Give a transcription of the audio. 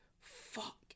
fuck